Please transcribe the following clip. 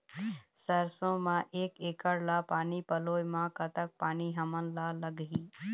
सरसों म एक एकड़ ला पानी पलोए म कतक पानी हमन ला लगही?